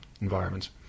environments